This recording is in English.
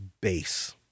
base